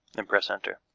and press enter.